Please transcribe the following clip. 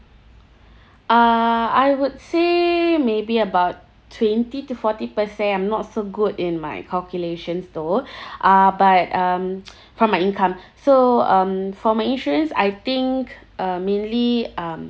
uh I would say maybe about twenty to forty percent I'm not so good in my calculations though uh but um from my income so um for my insurance I think uh mainly um